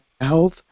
health